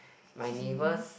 my neighbours